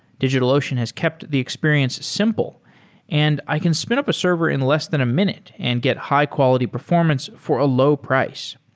digitalocean has kept the experience simple and i can spin up a server in less than a minute and get high quality performance for a low price.